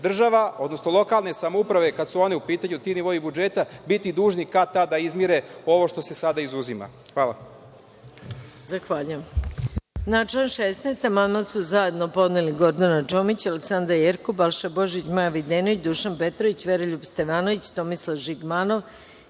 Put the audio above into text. država, odnosno lokalne samouprave kad su one u pitanju, ti nivoi budžeta, biti dužni kad tad da izmire ovo što se sada izuzima. Hvala